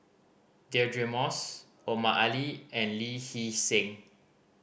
Deirdre Moss Omar Ali and Lee Hee Seng